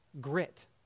grit